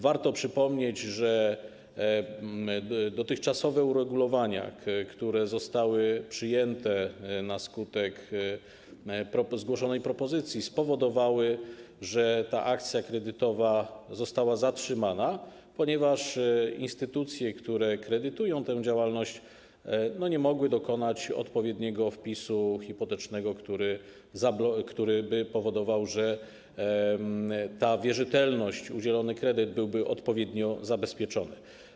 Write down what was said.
Warto przypomnieć, że dotychczasowe uregulowania, które zostały przyjęte na skutek zgłoszonej propozycji, spowodowały, że akcja kredytowa została zatrzymana, ponieważ instytucje, które kredytują tę działalność, nie mogły dokonać odpowiedniego wpisu hipotecznego, który by powodował, że udzielony kredyt byłby odpowiednio zabezpieczony.